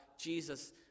Jesus